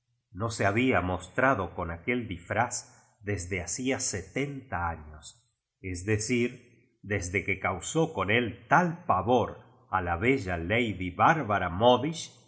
no se había mostrado con aquel disfraz desde hacía setenta anos es decir desde que causo con él tal pavor a la bella lady bárbara modifth